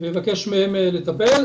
ויבקש מהם לטפל.